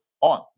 on